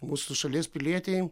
mūsų šalies pilietį